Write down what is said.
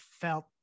felt